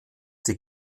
die